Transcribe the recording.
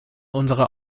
unserer